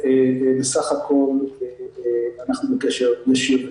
בסך הכול אנחנו בקשר ישיר איתם.